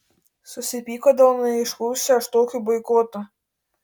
susipyko dėl neaiškaus šeštokių boikoto